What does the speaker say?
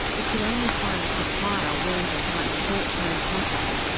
it could only find a supplier willing to sign a short-term contract,